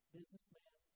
businessman